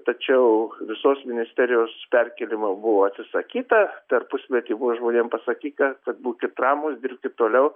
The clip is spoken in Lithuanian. tačiau visos ministerijos perkėlimo buvo atsisakyta per pusmetį buvo žmonėm pasakyta kad būkit ramūs dirbkit toliau